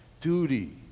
duty